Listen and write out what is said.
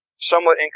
Somewhat